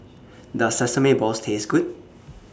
Does Sesame Balls Taste Good